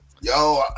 Yo